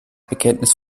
bekenntnis